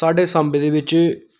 साड्डे साम्बे दे बिच्च